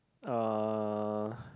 uh